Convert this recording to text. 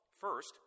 First